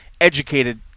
educated